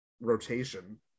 rotation